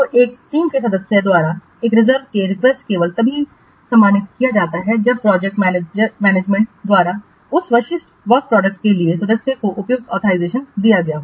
तो एक टीम के सदस्य द्वारा एक रिजर्व के रिक्वेस्ट केवल तभी सम्मानित किया जाता है जब प्रोजेक्ट मैनेजमेंट द्वारा उस विशिष्ट वर्क प्रोडक्टस के लिए सदस्य को उपयुक्त ऑथराइजेशन दिया गया हो